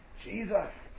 Jesus